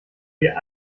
dir